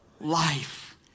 life